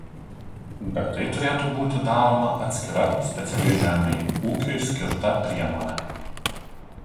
bet tai turėtų būti daroma atskira specialiai žemei ūkiui skirta priemone